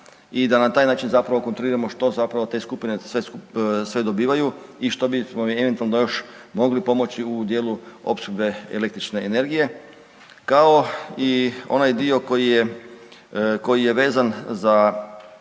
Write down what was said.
i da na taj način zapravo kontroliramo što zapravo te skupine sve dobivaju i što bismo im eventualno onda još mogli pomoći u dijelu opskrbe električne energije, kao i onaj dio koji je, koji je